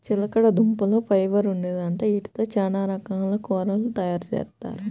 చిలకడదుంపల్లో ఫైబర్ ఉండిద్దంట, యీటితో చానా రకాల కూరలు తయారుజేత్తారు